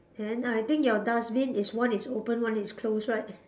then I think your dustbin is one is open one is close right